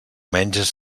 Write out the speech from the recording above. menges